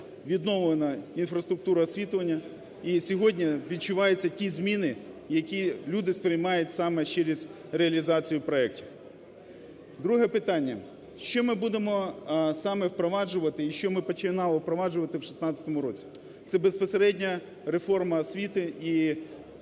відновлена інфраструктура освітлення і сьогодні відчуваються ті зміни, які люди сприймають саме через реалізацію проектів. Друге питання. Що ми будемо саме впроваджувати і що ми починали впроваджувати в 16-му році. Це безпосередньо реформа освіти і